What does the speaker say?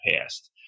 past